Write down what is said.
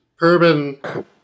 Urban